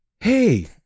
hey